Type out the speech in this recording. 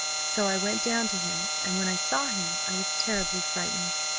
so i went down to him, and when i saw him i was terribly frightened.